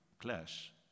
clash